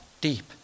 deep